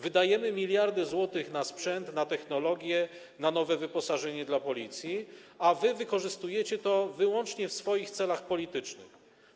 Wydajemy miliardy złotych na sprzęt, na technologię, na nowe wyposażenie dla Policji, a wy to wykorzystujecie wyłącznie w swoich celach politycznych.